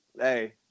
hey